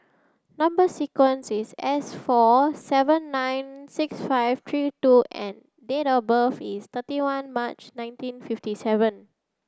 number sequence is S four seven nine six five three two N date of birth is thirty one March nineteen fifty seven